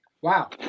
wow